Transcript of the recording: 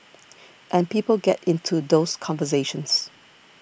and people get into those conversations